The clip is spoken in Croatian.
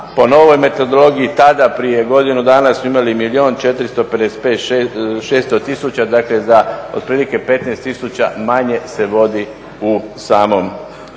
po novoj metodologiji tada, prije godinu dana su imali milijun 455 600 tisuća, dakle za otprilike 15 tisuća manje se vodi u samom